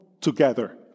together